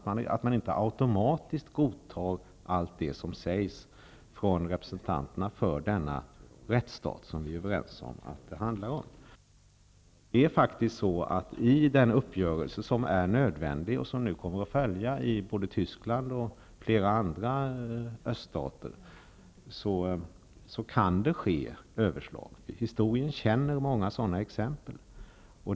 Man får inte automatiskt godta allt det som sägs av representanterna för den här rättsstaten -- vi är ju överens om att det handlar om en sådan. I samband med den uppgörelse som det är nödvändigt att träffa och som kommer att ske i Tyskland och flera öststater kan överslag förekomma. Historien visar på många exempel i det avseendet.